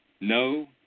No